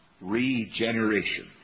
regeneration